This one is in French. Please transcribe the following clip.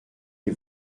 les